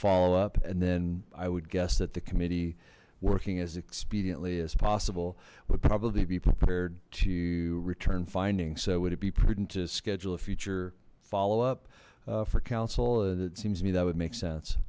follow up then i would guess that the committee working as expediently as possible would probably be prepared to return findings so would it be prudent to schedule a future follow up for council and it seems to me that would make sense